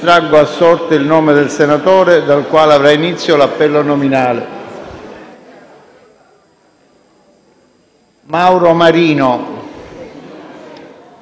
Mauro Maria,